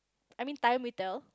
I mean time will tell